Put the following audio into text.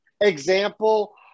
example